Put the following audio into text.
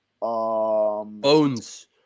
Bones